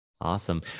awesome